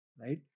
right